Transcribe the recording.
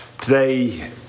today